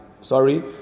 Sorry